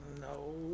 No